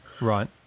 Right